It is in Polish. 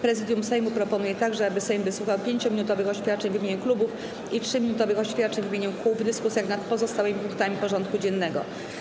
Prezydium Sejmu proponuje także, aby Sejm wysłuchał 5-minutowych oświadczeń w imieniu klubów i 3-minutowych oświadczeń w imieniu kół w dyskusjach nad pozostałymi punktami porządku dziennego.